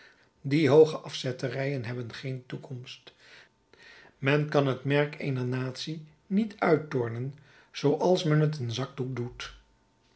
die hooge afzetterijen hebben geen toekomst men kan het merk eener natie niet uittornen zooals men t een zakdoek doet